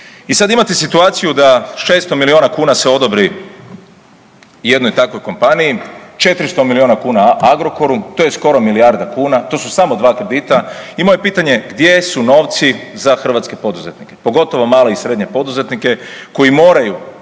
I sad imate situaciju da 600 milijuna kuna se odobri jednoj takvoj kompaniji, 400 milijuna Agrokoru, to je skoro milijarda kuna, to su samo dva kredita. I moje pitanje je gdje su novci za hrvatske poduzetnike, pogotovo male i srednje poduzetnike koji moraju